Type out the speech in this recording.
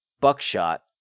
Buckshot